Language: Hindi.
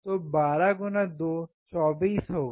तो 12 गुणा 2 24 होगा